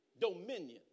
Dominion